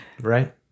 Right